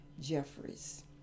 Jeffries